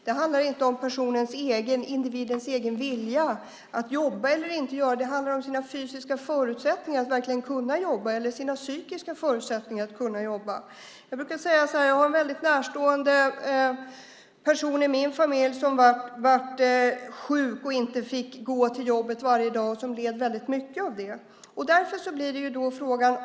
Det handlar inte om individens egen vilja att jobba eller inte, utan det handlar om vilka fysiska eller psykiska förutsättningar som finns att verkligen jobba. I min familj fanns en närstående person som blev sjuk och inte fick gå till jobbet varje dag - och som led mycket av det.